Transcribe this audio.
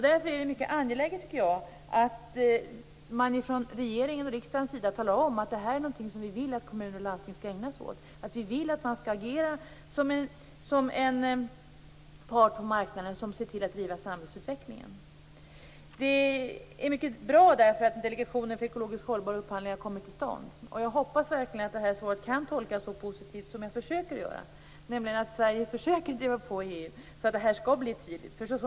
Därför tycker jag att det är mycket angeläget att man från regeringens och riksdagens sida talar om att detta är något som man vill att kommuner och landsting skall ägna sig åt, att man vill att man skall agera som en part på marknaden som ser till att driva samhällsutvecklingen i en ekologiskt hållbar riktning. Det är mycket bra att Delegationen för ekologiskt hållbar upphandling har kommit till stånd. Och jag hoppas verkligen att detta svar kan tolkas så positivt som jag försöker att göra, nämligen att Sverige försöker driva på EU så att detta skall bli tydligt.